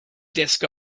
desk